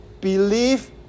believe